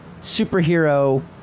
superhero